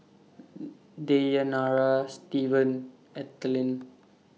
Deyanira Stevan Ethelyn